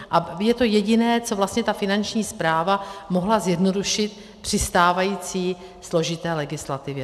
A je to jediné, co vlastně ta Finanční správa mohla zjednodušit při stávající složité legislativě.